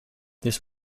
this